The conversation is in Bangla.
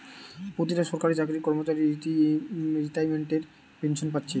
পোতিটা সরকারি চাকরির কর্মচারী রিতাইমেন্টের পেনশেন পাচ্ছে